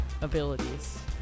abilities